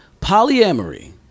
polyamory